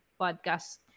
podcast